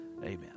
Amen